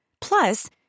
Plus